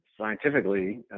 scientifically